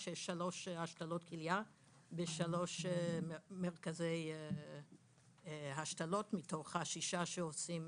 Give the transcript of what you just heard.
יש שלוש השתלות כליה בשלושה מרכזי השתלות מתוך השישה שעושים